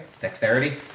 Dexterity